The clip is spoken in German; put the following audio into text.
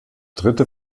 dritte